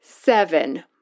Seven